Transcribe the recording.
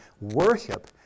worship